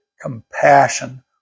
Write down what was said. compassion